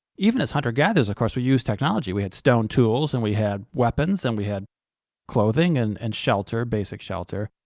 even as hunter-gatherers, of course, we used technology we had stone tools, and we had weapons, and we had clothing and and shelter, basic shelter.